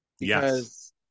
Yes